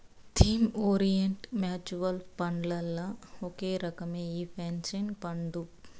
theme orient mutual ఫండ్లల్ల ఒక రకమే ఈ పెన్సన్ ఫండు